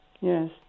Yes